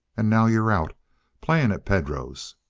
and now you're out playing at pedro's.